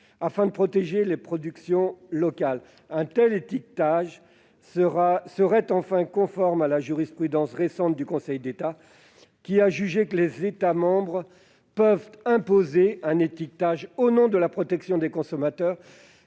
» et de protéger les productions locales. Un tel étiquetage serait en outre conforme à la jurisprudence récente du Conseil d'État : la haute juridiction a jugé que les États membres peuvent imposer un étiquetage au nom de la protection des consommateurs